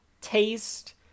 taste